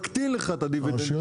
מקטין לך את הדיבידנד,